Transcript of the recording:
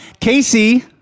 casey